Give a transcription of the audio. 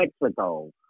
Mexico